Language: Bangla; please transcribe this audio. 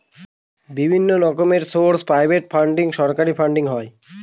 বিভিন্ন রকমের সোর্স প্রাইভেট ফান্ডিং, সরকারি ফান্ডিং হয়